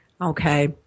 okay